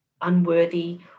unworthy